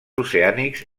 oceànics